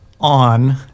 on